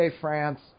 France